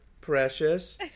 precious